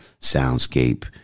soundscape